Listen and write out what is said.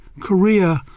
Korea